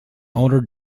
older